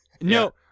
No